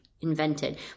invented